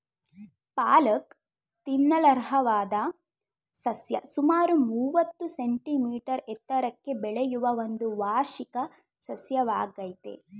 ಪಾಲಕ್ ತಿನ್ನಲರ್ಹವಾದ ಸಸ್ಯ ಸುಮಾರು ಮೂವತ್ತು ಸೆಂಟಿಮೀಟರ್ ಎತ್ತರಕ್ಕೆ ಬೆಳೆಯುವ ಒಂದು ವಾರ್ಷಿಕ ಸಸ್ಯವಾಗಯ್ತೆ